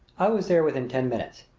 i was there within ten minutes.